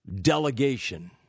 delegation